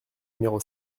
numéro